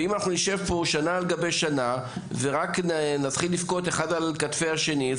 אם אנחנו נשב פה שנה על גבי שנה ורק נתחיל לבכות אחד על כתפי השני,